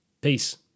Peace